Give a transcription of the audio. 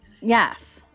Yes